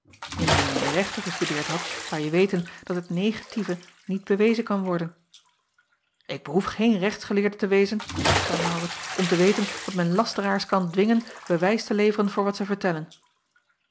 indien je in de rechten gestudeerd hadt zouje weten dat het negatieve niet bewezen kan worden k behoef geen rechtsgeleerde te wezen zeî aurits om te weten dat men lasteraars kan dwingen bewijs te leveren voor wat zij vertellen